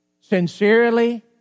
sincerely